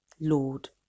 Lord